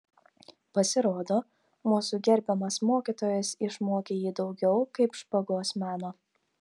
pasirodo mūsų gerbiamas mokytojas išmokė jį daugiau kaip špagos meno